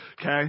Okay